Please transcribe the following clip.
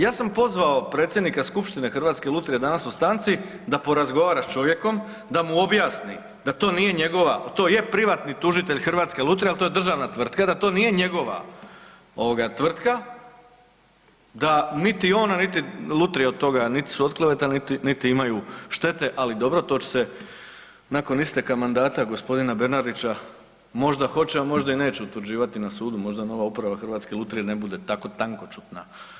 Ja sam pozvao predsjednika skupštine Hrvatske lutrije danas u stanci da porazgovara s čovjekom, da mu objasni da to nije njegova, to je privatni tužitelj Hrvatske lutrije, al to je državna tvrtka, da to nije njegova ovoga tvrtka, da niti on, a niti lutrija od toga, nit su otklevetani, niti, niti imaju štete, ali dobro to će se nakon isteka mandata g. Bernardića, možda hoće, a možda i neće utvrđivati na sudu, možda nova uprava Hrvatske lutrije ne bude tako tankoćudna.